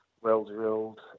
well-drilled